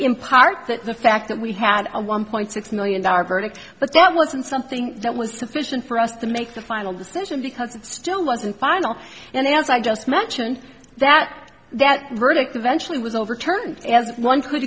in part that the fact that we had a one point six million dollar verdict but that wasn't something that was sufficient for us to make the final decision because it still wasn't final and as i just mentioned that that verdict eventually was overturned as one could